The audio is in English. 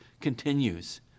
continues